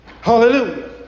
Hallelujah